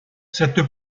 cette